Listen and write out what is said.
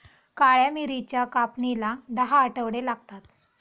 काळ्या मिरीच्या कापणीला दहा आठवडे लागतात